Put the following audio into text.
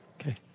Okay